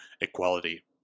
equality